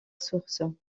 sources